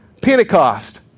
Pentecost